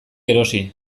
erosi